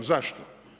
Zašto?